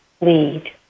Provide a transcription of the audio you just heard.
lead